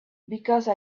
because